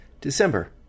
December